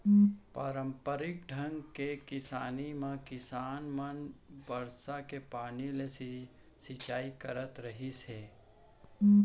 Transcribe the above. पारंपरिक ढंग के किसानी म किसान मन बरसा के पानी ले सिंचई करत रहिस हे